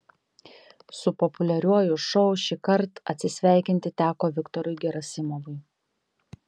su populiariuoju šou šįkart atsisveikinti teko viktorui gerasimovui